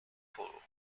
polo